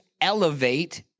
elevate